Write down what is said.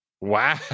Wow